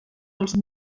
dels